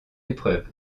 épreuve